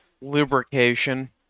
Lubrication